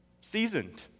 seasoned